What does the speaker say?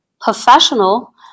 professional